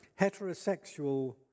heterosexual